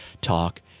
talk